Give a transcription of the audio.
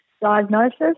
diagnosis